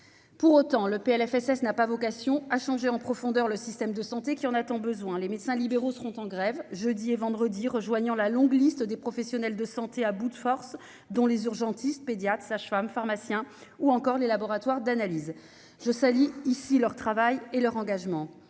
pour autant le PLFSS n'a pas vocation à changer en profondeur le système de santé qui en a tant besoin les médecins libéraux seront en grève jeudi et vendredi, rejoignant la longue liste des professionnels de santé à bout de force dont les urgentistes, pédiatres, sages-femmes, pharmaciens ou encore les laboratoires d'analyses, je salue ici leur travail et leur engagement